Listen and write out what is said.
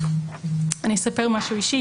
אני אספר משהו אישי,